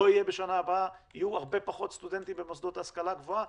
בשנה הבאה יהיו הרבה פחות סטודנטים במוסדות להשכלה גבוהה.